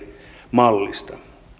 mallista